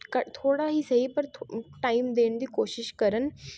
ਘੱ ਥੋੜ੍ਹਾ ਹੀ ਸਹੀ ਪਰ ਟਾਈਮ ਦੇਣ ਦੀ ਕੋਸ਼ਿਸ਼ ਕਰਨ